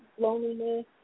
Loneliness